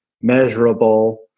measurable